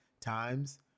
times